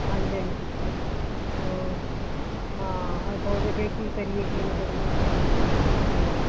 ਹਾਂਜੀ ਹਾਂਜੀ ਹਾਂ ਹਾਂ ਆਹੀ ਸੋਚਦੇ ਪਏ ਕੀ ਕਰੀਏ ਕੀ ਨਹੀਂ ਕਰੀਏ